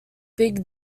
big